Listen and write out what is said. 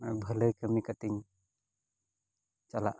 ᱵᱷᱟᱹᱞᱮ ᱠᱟᱹᱢᱤ ᱠᱟᱛᱮᱧ ᱪᱟᱞᱟᱜᱼᱟ